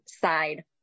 side